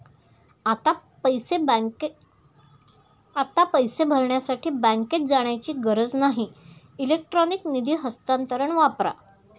आता पैसे भरण्यासाठी बँकेत जाण्याची गरज नाही इलेक्ट्रॉनिक निधी हस्तांतरण वापरा